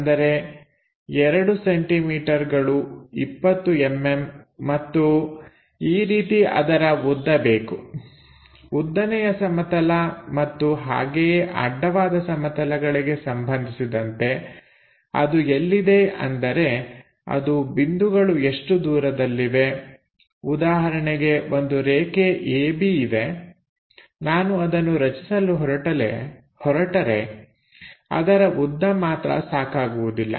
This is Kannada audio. ಅಂದರೆ 2 ಸೆಂಟಿಮೀಟರ್ಗಳು 20mm ಮತ್ತು ಈ ರೀತಿ ಅದರ ಉದ್ದ ಬೇಕು ಉದ್ದನೆಯ ಸಮತಲ ಮತ್ತು ಹಾಗೆಯೇ ಅಡ್ಡವಾದ ಸಮತಲಗಳಿಗೆ ಸಂಬಂಧಿಸಿದಂತೆ ಅದು ಎಲ್ಲಿದೆ ಅಂದರೆ ಅದರ ಬಿಂದುಗಳು ಎಷ್ಟು ದೂರದಲ್ಲಿವೆ ಉದಾಹರಣೆಗೆ ಒಂದು ರೇಖೆ AB ಇದ ನಾನು ಅದನ್ನು ಚಿತ್ರಿಸಲು ಹೊರಟರೆ ಅದರ ಉದ್ದ ಮಾತ್ರ ಸಾಕಾಗುವುದಿಲ್ಲ